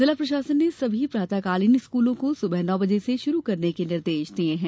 जिला प्रशासन ने सभी प्रातकालीन स्कूलों को सुबह नौ बजे से आरंभ करने के निर्देश दिये है